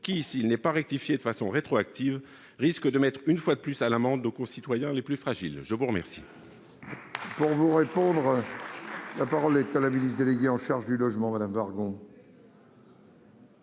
qui, s'il n'est pas rectifié de façon rétroactive, risque de mettre une fois de plus à l'amende nos concitoyens les plus fragiles ? La parole